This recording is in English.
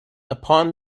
upon